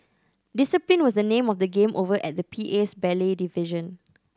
discipline was the name of the game over at the P A's ballet division